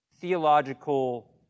theological